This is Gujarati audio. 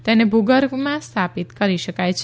તેને ભૂગર્ભમાં સ્થાપિત કરી શકાય છે